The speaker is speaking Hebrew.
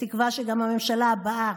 ובתקווה שגם לממשלה הבאה,